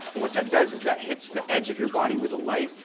and what that does, is that hits the edge of your body with the light,